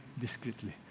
discreetly